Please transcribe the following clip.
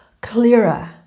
clearer